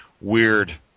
weird